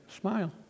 Smile